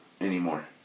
anymore